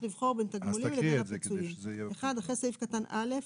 - אחרי סעיף קטן (א)